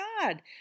God